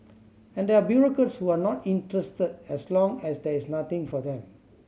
and there are bureaucrats who are not interested as long as there is nothing for them